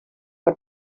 per